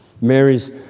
Mary's